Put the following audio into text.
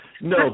No